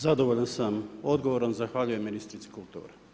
Zadovoljan sam odgovorom, zahvaljujem ministrici kulture.